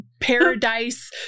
paradise